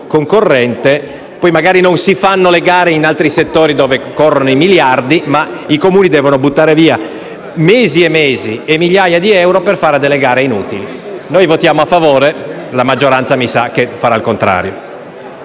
concorrente. Poi, magari, non si fanno le gare in altri settori dove scorrono i miliardi, ma i Comuni devono buttare via mesi e mesi e migliaia di euro per fare delle gare inutili. Noi voteremo a favore, ma mi sa che la maggioranza farà il contrario.